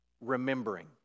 remembering